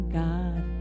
god